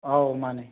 ꯑꯧ ꯃꯥꯅꯤ